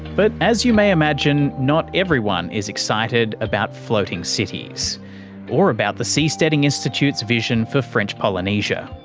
but, as you may imagine, not everyone is excited about floating cities or about the seasteading institute's vision for french polynesia.